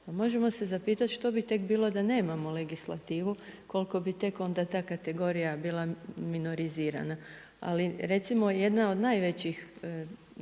Možemo se zapitati što bi tek bilo da nemamo legislativu, koliko bi tek onda ta kategorija bila minorizirana, ali recimo jedna od najvećih